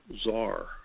czar